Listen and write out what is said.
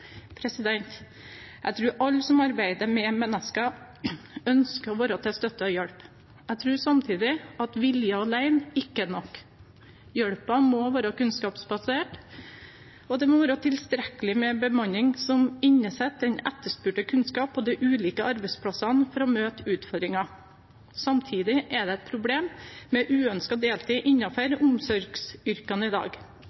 Jeg tror alle som arbeider med mennesker, ønsker å være til støtte og hjelp. Jeg tror samtidig vilje alene ikke er nok. Hjelpen må være kunnskapsbasert, og det må være tilstrekkelig med bemanning, som besitter den etterspurte kunnskapen på de ulike arbeidsplassene, for å møte utfordringen. Samtidig er det et problem med uønsket deltid innenfor omsorgsyrkene i dag.